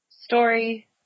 story